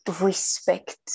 respect